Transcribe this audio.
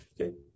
Okay